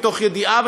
מתוך ידיעה,